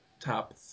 top